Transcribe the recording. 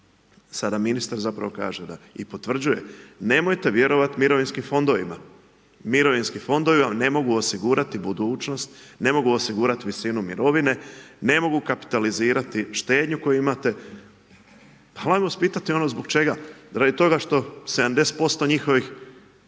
Sada ministar zapravo kaže da i potvrđuje, nemojte vjerovati mirovinskim fondovima. Mirovinski fondovi vam ne mogu osigurati budućnost, ne mogu osigurati visinu mirovine, ne mogu kapitalizirati štednju koju imate. Pa ajmo pitati zbog čega? Radi toga što 70% njihovih